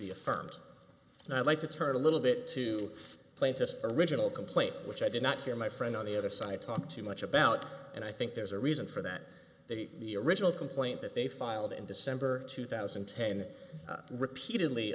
be affirmed and i'd like to turn a little bit to plaintiff's original complaint which i did not hear my friend on the other side talk too much about and i think there's a reason for that the original complaint that they filed in december two thousand and ten repeatedly